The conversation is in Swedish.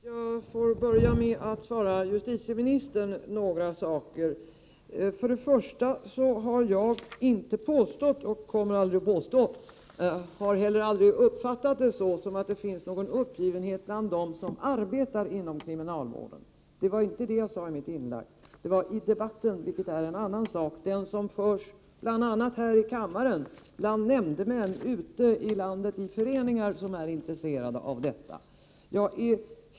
Herr talman! Jag börjar med att säga några saker till justitieministern. För det första har jag inte påstått — och kommer aldrig att påstå och har heller aldrig fått uppfattningen — att det finns en uppgivenhet bland dem som arbetar inom kriminalvården. Det var inte det som jag sade i mitt inlägg. Vad jag åsyftade är debatten, och det är en annan sak. Det gäller den debatt som förs bl.a. här i kammaren, bland nämndemän och ute i landet hos olika föreningar som är intresserade av detta.